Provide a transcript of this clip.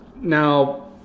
now